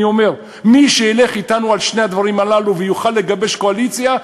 אני אומר: מי שילך אתנו על שני הדברים הללו ויוכל לגבש קואליציה,